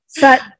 but-